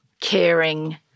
caring